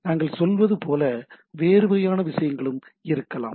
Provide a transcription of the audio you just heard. நாங்கள் சொல்வது போல வேறு வகையான விஷயங்களும் இருக்கலாம்